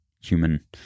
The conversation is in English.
human